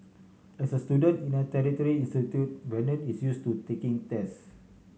as a student in a tertiary institute Brandon is use to taking tests